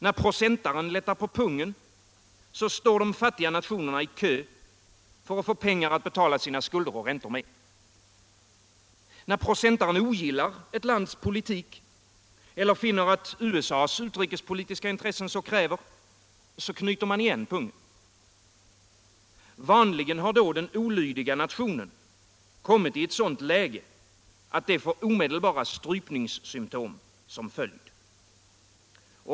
När procentaren lättar på pungen, så står de futtiga nationerna i kö för att få pengar att betala sina skulder och räntor med. När procentaren ogillar eu lands politik eller finner att USA:s utrikespolitiska intressen så kräver knyter man igen pungen. Vanligen har då den olydiga nationen kommit i ett sådant läge, att det får omedelbara strypningssymtom som följd.